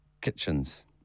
kitchens